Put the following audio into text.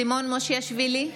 סימון מושיאשוילי,